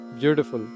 beautiful